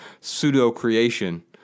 pseudo-creation